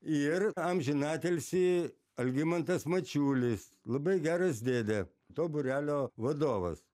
ir amžiną atilsį algimantas mačiulis labai geras dėdė to būrelio vadovas